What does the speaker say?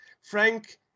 Frank